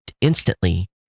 instantly